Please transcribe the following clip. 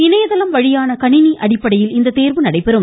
இணையதளம் வழியான கணினி அடிப்படையில் இந்த தேர்வு நடைபெறும்